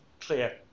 clear